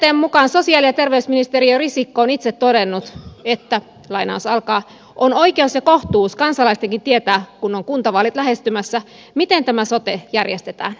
sttn mukaan sosiaali ja terveysministeri risikko on itse todennut että on oikeus ja kohtuus kansalaistenkin tietää kun on kuntavaalit lähestymässä miten tämä sote järjestetään